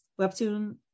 webtoon